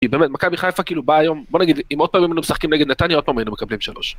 היא באמת מכבי חיפה כאילו באה היום, בוא נגיד, אם עוד פעם היינו משחקים נגד נתניה עוד פעם היינו מקבלים שלוש